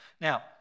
Now